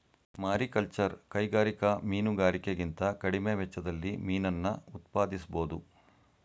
mariculture ಕೈಗಾರಿಕಾ ಮೀನುಗಾರಿಕೆಗಿಂತ ಕಡಿಮೆ ವೆಚ್ಚದಲ್ಲಿ ಮೀನನ್ನ ಉತ್ಪಾದಿಸ್ಬೋಧು